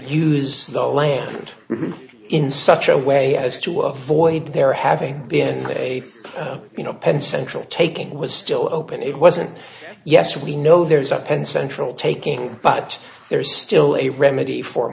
use the land in such a way as to avoid their having been a you know penn central taking was still open it wasn't yes we know there's a penn central taking but there's still a remedy for